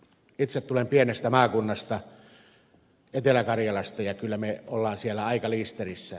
itse tulen pienestä maakunnasta etelä karjalasta ja kyllä me olemme siellä aika liisterissä